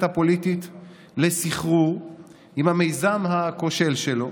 הפוליטית לסחרור עם המיזם הכושל שלו,